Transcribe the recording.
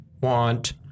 want